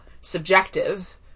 subjective